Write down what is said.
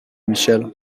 michel